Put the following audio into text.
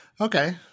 Okay